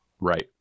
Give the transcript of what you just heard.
right